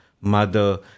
mother